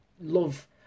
love